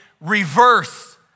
reverse